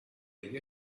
degli